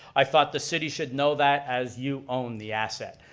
i thought the city should know that, as you own the asset.